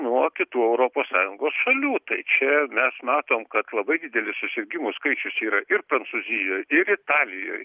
nuo kitų europos sąjungos šalių tai čia mes matom kad labai didelis susirgimų skaičius yra ir prancūzijoj ir italijoj